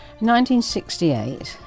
1968